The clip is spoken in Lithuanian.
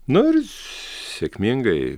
nu ir sėkmingai